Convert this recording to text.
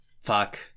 Fuck